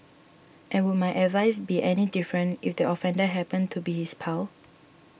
and would my advice be any different if the offender happened to be his pal